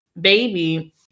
baby